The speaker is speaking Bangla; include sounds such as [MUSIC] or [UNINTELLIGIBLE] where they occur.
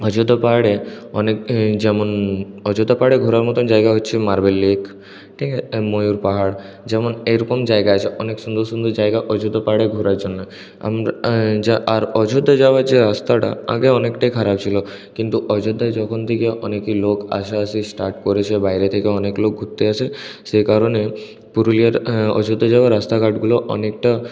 অযোধ্যা পাহাড়ে অনেক যেমন অযোধ্যা পাহাড়ে ঘোরার মতো জায়গা হচ্ছে মার্বেল লেক ঠিক আছে আর ময়ূর পাহাড় যেমন এ রকম জায়গা আছে অনেক সুন্দর সুন্দর জায়গা অযোধ্যা পাহাড়ে ঘোরার জন্য [UNINTELLIGIBLE] আর অযোধ্যা যাওয়ার যে রাস্তাটা আগে অনেকটাই খারাপ ছিল কিন্ত অযোধ্যায় যখন থেকে অনেক লোক আসাআসি স্টার্ট করেছে বাইরে থেকে অনেক লোক ঘুরতে আসে সেই কারণে পুরুলিয়ার অযোধ্যা যাওয়ার রাস্তাঘাটগুলো অনেকটা